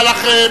על הריבית.